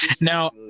now